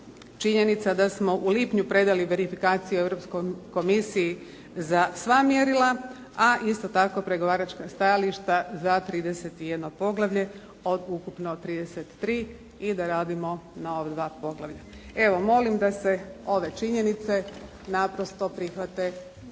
činjenica da smo u lipnju predali verifikaciju Europskoj komisiji za sva mjerila, a isto tako pregovaračka stajališta za 31. poglavlje od ukupno 33. i da radimo na ova dva poglavlja. Evo, molim da se ove činjenice naprosto prihvate